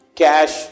cash